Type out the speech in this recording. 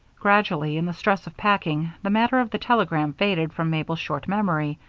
gradually, in the stress of packing, the matter of the telegram faded from mabel's short memory,